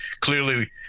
clearly